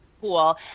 cool